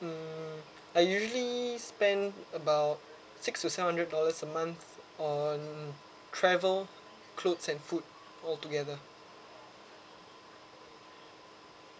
hmm I usually spend about six to seven hundred dollars a month on travel clothes and food all together